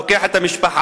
אבא לוקח את המשפחה,